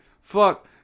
Fuck